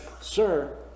sir